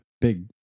big